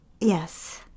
Yes